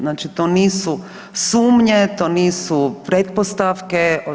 Znači to nisu sumnje, to nisu pretpostavke.